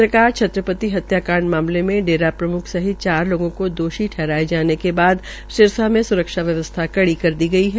पत्रकार छत्रपति हत्याकांड मामले में डेरा प्रम्ख सहित चार लोगों को दोषी ठहराने जाने के बाद सिरसा मे स्रक्षा व्यवस्था कड़ी कर दी गई है